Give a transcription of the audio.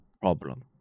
problem